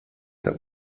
der